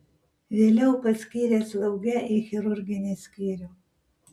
vėliau paskyrė slauge į chirurginį skyrių